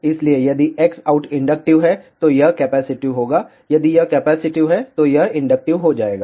इसलिए यदि Xout inductive है तो यह कैपेसिटिव होगा यदि यह कैपेसिटिव है तो यह इंडक्टिव हो जाएगा